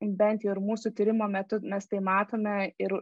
bent jau ir mūsų tyrimų metu mes tai matome ir